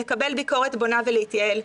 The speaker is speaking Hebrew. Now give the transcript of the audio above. לקבל ביקורת בונה ולהתייעל,